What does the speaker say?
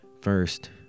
First